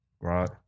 Right